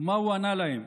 מה הוא ענה להם?